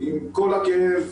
עם כל הכאב.